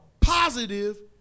positive